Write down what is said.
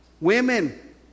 Women